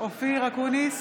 אופיר אקוניס,